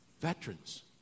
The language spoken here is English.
veterans